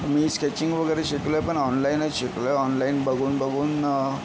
मी sketching वगैरे शिकलो आहे पण ऑनलाइनच शिकलो आहे ऑनलाइन बघून बघून